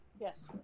Yes